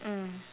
mm